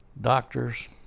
doctors